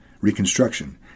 reconstruction